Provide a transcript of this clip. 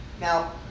Now